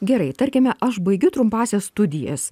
gerai tarkime aš baigiu trumpąsias studijas